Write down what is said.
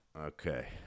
Okay